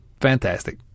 fantastic